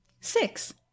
Six